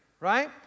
Right